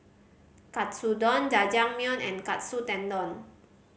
Katsudon Jajangmyeon and Katsu Tendon